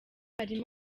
harimo